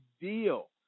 deal